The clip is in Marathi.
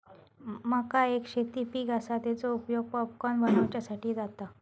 मका एक शेती पीक आसा, तेचो उपयोग पॉपकॉर्न बनवच्यासाठी जाता